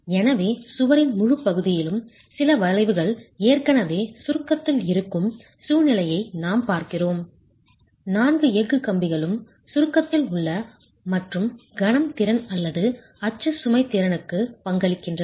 எனவே சுவரின் முழுப் பகுதியிலும் சில வளைவுகள் ஏற்கனவே சுருக்கத்தில் இருக்கும் சூழ்நிலையை நாம் பார்க்கிறோம் நான்கு எஃகு கம்பிகளும் சுருக்கத்தில் உள்ளன மற்றும் கணம் திறன் அல்லது அச்சு சுமை திறனுக்கு பங்களிக்கின்றன